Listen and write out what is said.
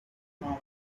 form